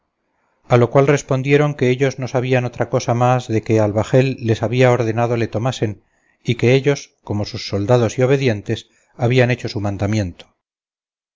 a lo cual respondieron que ellos no sabían otra cosa más de que al bajel les había ordenado le tomasen y que ellos como sus soldados y obedientes habían hecho su mandamiento